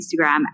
Instagram